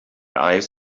eyes